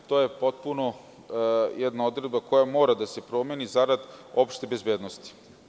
To je potpuno jedna odredba koja mora da se promeni zarad opšte bezbednosti.